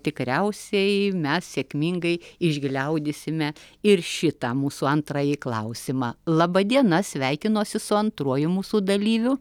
tikriausiai mes sėkmingai išgliaudysime ir šitą mūsų antrąjį klausimą laba diena sveikinuosi su antruoju mūsų dalyviu